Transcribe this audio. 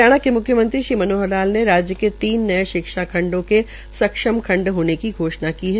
हरियाणा के मुख्यमंत्री श्री मनोहर लाल ने राज्य के तीन नये खंडों के सक्षम खंड होने की घोषणा की है